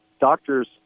doctors